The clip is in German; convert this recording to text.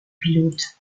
pilot